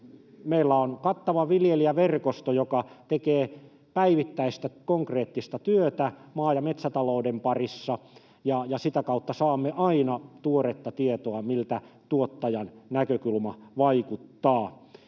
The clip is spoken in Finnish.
meillä on kattava viljelijäverkosto, joka tekee päivittäistä, konkreettista työtä maa- ja metsätalouden parissa, ja sitä kautta saamme aina tuoretta tietoa, miltä tuottajan näkökulma vaikuttaa.